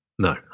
No